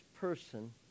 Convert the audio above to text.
person